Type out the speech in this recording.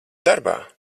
darbā